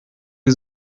die